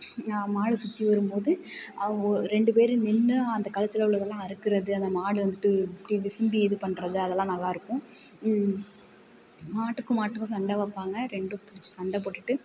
மாடு சுற்றி வரும் போது அவு ஒரு ரெண்டு பேர் நின்று அந்த கழுத்தில் உள்ளதை எல்லாம் அறுக்கிறது அந்த மாடு வந்துட்டு அப்படி விசும்பி இது பண்ணுறது அதெல்லாம் நல்லாயிருக்கும் மாட்டுக்கும் மாட்டுக்கும் சண்டை வைப்பாங்க ரெண்டும் பிடிச்சி சண்டை போட்டுவிட்டு